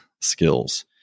skills